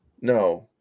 No